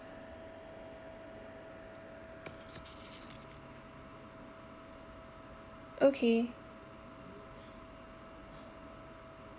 okay